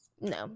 No